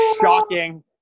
Shocking